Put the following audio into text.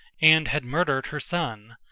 and had murdered her son,